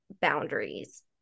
boundaries